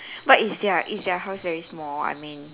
but is their is their house very small I mean